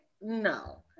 no